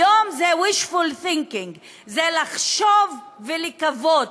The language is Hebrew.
היום זה wishful thinking, זה לחשוב ולקוות.